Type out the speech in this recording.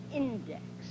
index